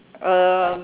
um